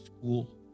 school